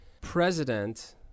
president